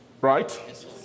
right